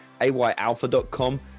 ayalpha.com